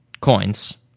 coins